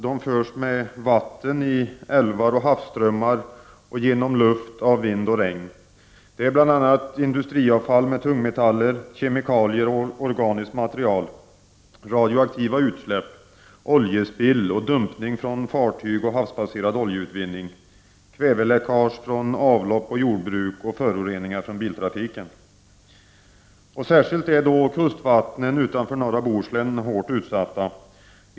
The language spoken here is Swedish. De förs med vatten i älvar och havsströmmar och genom luften med hjälp av vind och regn. Det gäller bl.a. industriavfall med tungmetaller, kemikalier, organiskt material och radioaktiva utsläpp. Det är också fråga om oljespill och dumpning från fartyg och havsbaserad oljeutvinning, kväveläckage från avlopp och jordbruk samt föroreningar från biltrafiken. Särskilt kustvattnen utanför norra Bohuslän är hårt utsatta.